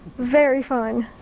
very fun.